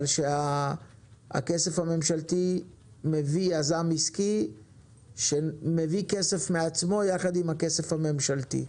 אבל כשהכסף הממשלתי מביא יזם עסקי שמביא כסף מעצמו יחד עם הכסף הממשלתי,